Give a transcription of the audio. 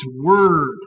Word